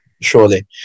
surely